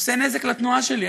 עושה נזק לתנועה שלי.